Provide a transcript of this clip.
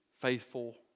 faithful